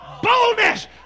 Boldness